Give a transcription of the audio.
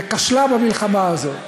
וכשלה במלחמה הזאת?